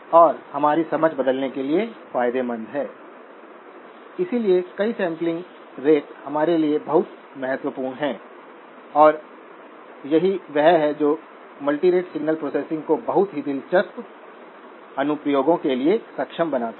और फिर हम कुल प्राप्त करने के लिए ऑपरेटिंग पॉइंट में जोड़ते हैं